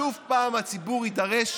שוב הציבור יידרש